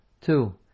two